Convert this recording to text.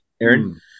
Aaron